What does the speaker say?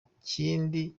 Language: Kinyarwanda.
kindi